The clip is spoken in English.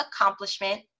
accomplishment